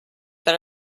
that